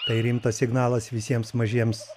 tai rimtas signalas visiems mažiems